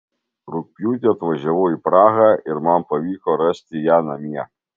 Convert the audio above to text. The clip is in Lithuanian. rugpjūtį atvažiavau į prahą ir man pavyko rasti ją namie